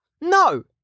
No